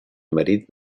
marit